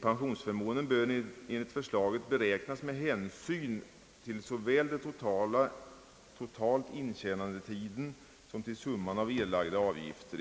Pensionsförmånerna bör enligt förslaget beräknas med hänsyn till såväl intjänandetiden som summan av erlagda avgifter.